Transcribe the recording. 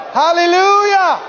hallelujah